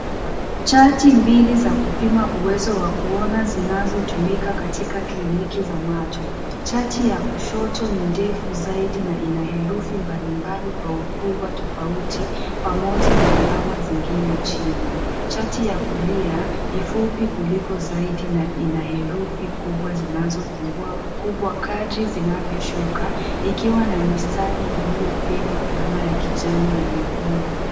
Chati mbili za kupima uwezo wa kuona zinazotumika katika kliniki ya macho. Chati ya kushoto ni ndefu zaidi na ina herufi mbalimbali kwa ukubwa tofauti pamoja na alama zingine chini. Chati ya kulia i fupi kuliko zaidi na ina herufi kubwa zinazopungua ukubwa kadri zinavyoshuka ikiwa na mistari iliyopigwa alama ya kijani na nyekundu.